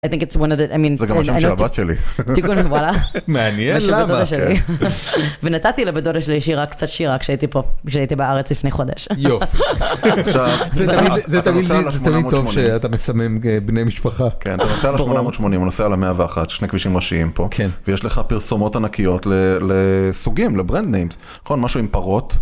זה גם השם של הבת שלי, מעניין למה. ונתתי לבת דודה שלי שירה, קצת שירה כשהייתי פה, כשהייתי בארץ לפני חודש. יופי, תמיד טוב שאתה מסמם בני משפחה. אתה נוסע על ה-880, נוסע על ה-101, שני כבישים ראשיים פה, ויש לך פרסומות ענקיות לסוגים, לברנד ניימס, נכון, משהו עם פרות.